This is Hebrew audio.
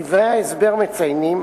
דברי ההסבר מציינים